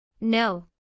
No